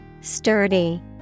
Sturdy